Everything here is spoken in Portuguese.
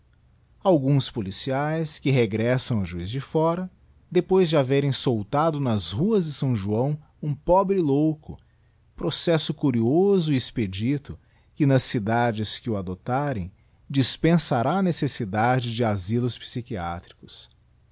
alguns policiaes que regressam a juiz de fora depois de haverem soltado nas ruas de s joão um pobre louco processo curioso e expedito que nas cidades que o adoptarem dispensará a necessidade de asylos psychiatricos